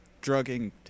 drugging